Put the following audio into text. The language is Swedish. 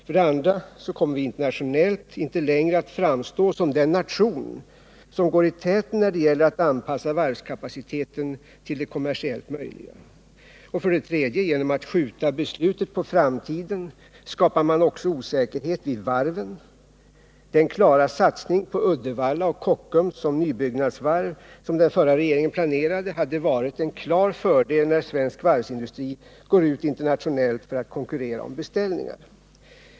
För det andra kommer vi internationellt inte längre att framstå som den nation som går i täten när det gäller att anpassa varvskapaciteten till det kommersiellt möjliga. För det tredje skapar man genom att skjuta beslutet på framtiden också osäkerhet vid varven. Den klara satsning på Uddevalla och Kockums som nybyggnadsvarv, som den förra regeringen planerade, hade varit en klar fördel när svensk varvsindustri går ut internationellt för att konkurrera om beställningar.